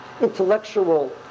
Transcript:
intellectual